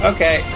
Okay